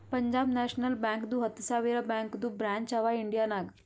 Punjab national ಬ್ಯಾಂಕ್ದು ಹತ್ತ ಸಾವಿರ ಬ್ಯಾಂಕದು ಬ್ರ್ಯಾಂಚ್ ಅವಾ ಇಂಡಿಯಾ ನಾಗ್